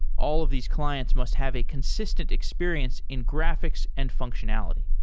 all of these clients must have a consistent experience in graphics and functionality.